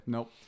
Nope